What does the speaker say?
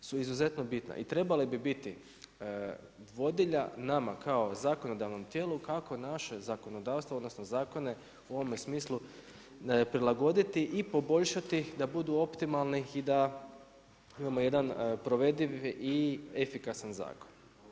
su izuzetno bitne i trebale bi biti vodilja nama kao zakonodavnom tijelu kako naše zakonodavstvo, odnosno zakone u ovome smislu prilagoditi i poboljšati da budu optimalni i da imamo jedan provediv i efikasan zakon.